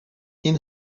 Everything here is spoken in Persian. این